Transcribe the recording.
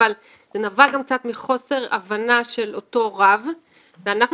אבל זה נבע קצת מחוסר הבנה של אותו רב ואנחנו,